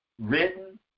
written